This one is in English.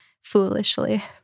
Foolishly